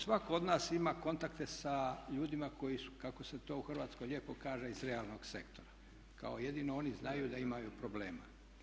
Svako od nas ima kontakte sa ljudima koji su kako se to u Hrvatskoj lijepo kaže iz realnog sektora, kao jedino oni znaju da imaju problema.